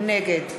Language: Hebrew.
נגד